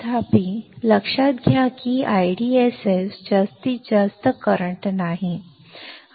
तथापि लक्षात घ्या की IDSS जास्तीत जास्त करंट नाही